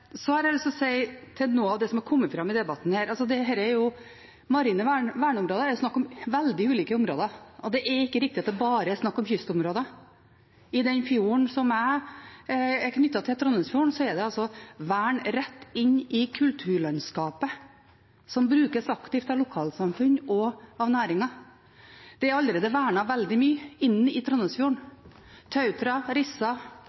Så har jeg lyst til å si til noe av det som har kommet fram i debatten her, at når det gjelder marine verneområder, er det snakk om veldig ulike områder. Det er ikke riktig at det bare er snakk om kystområder. I den fjorden som jeg er knyttet til, Trondheimsfjorden, er det vern rett inn i kulturlandskapet, som brukes aktivt av lokalsamfunn og av næringer. Det er allerede vernet veldig mye inne i Trondheimsfjorden – Tautra, Rissa,